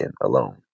alone